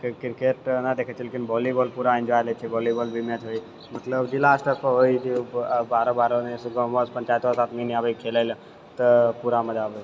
cricket नहि देखै छी लेकिन वोलीबॉल के पूरा इन्जॉय लै छी वोलीबॉल के मैच होइया तऽ मतलब जिला स्तर पर होइ छै बाहरो बाहरो नि गाँवोसँ पञ्चायतोसँ नि आदमी अबैया खेलैले तऽ पूरा मजा अबैयै